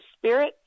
spirit